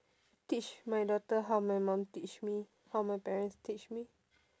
teach my daughter how my mum teach me how my parents teach me